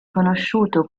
conosciuto